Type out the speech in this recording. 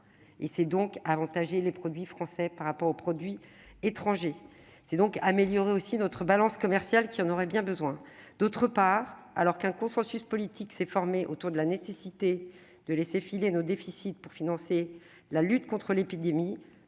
permet d'avantager les produits français face aux produits étrangers et d'améliorer notre balance commerciale qui en a bien besoin. D'autre part, alors qu'un consensus politique s'est formé autour de la nécessité de laisser filer nos déficits pour financer la lutte contre l'épidémie,